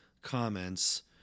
comments